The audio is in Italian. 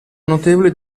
notevole